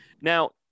now